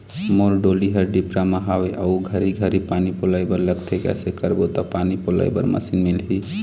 मोर डोली हर डिपरा म हावे अऊ घरी घरी पानी पलोए बर लगथे कैसे करबो त पानी पलोए बर मशीन मिलही?